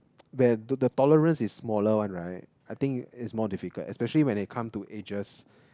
where to the tolerance is smaller one right I think is more difficult especially when it come to edges